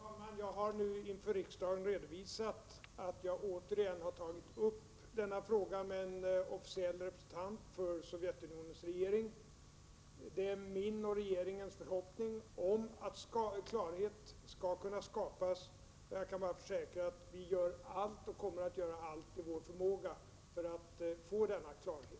Herr talman! Jag har nu inför riksdagen redovisat att jag återigen har tagit upp denna fråga med en officiell representant för Sovjetunionens regering. Det är min och regeringens förhoppning att klarhet skall kunna skapas, och jag kan bara försäkra att vi gör allt och kommer att göra allt som står i vår förmåga för att få klarhet.